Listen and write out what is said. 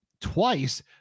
Twice